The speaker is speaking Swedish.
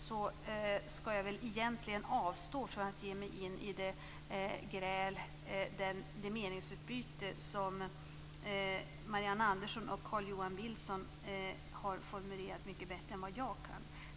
Jag skall väl egentligen avstå från att ge mig in i meningsutbytet mellan Marianne Andersson och Carl-Johan Wilson. De har formulerat detta mycket bättre än vad jag kan.